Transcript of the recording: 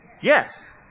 Yes